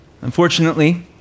Unfortunately